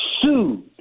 sued